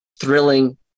thrilling